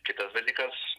kitas dalykas